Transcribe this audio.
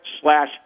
slash